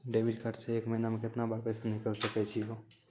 Debit card से एक महीना मा केतना बार पैसा निकल सकै छि हो?